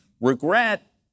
Regret